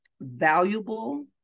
valuable